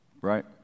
Right